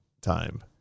time